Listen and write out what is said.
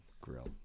grill